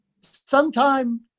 Sometime